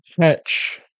catch